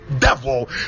devil